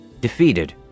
Defeated